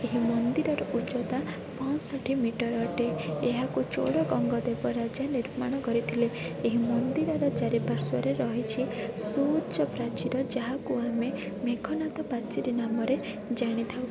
ଏହି ମନ୍ଦିରର ଉଚ୍ଚତା ପଞ୍ଚଶଠି ମିଟର ଅଟେ ଏହାକୁ ଚୋଡ଼ଗଙ୍ଗ ଦେବ ରାଜା ନିର୍ମାଣ କରିଥିଲେ ଏହି ମନ୍ଦିରର ଚାରିପାର୍ଶ୍ୱରେ ରହିଛି ସୁଉଚ୍ଚ ପ୍ରାଚୀର ଯାହାକୁ ଆମେ ମେଘନାଦ ପାଚିରୀ ନାମରେ ଜାଣିଥାଉ